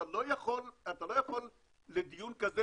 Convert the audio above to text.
אתה לא יכול לדיון כזה,